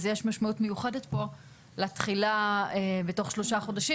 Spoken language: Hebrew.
אז יש משמעות מיוחדת פה לתחילה בתוך שלושה חודשים.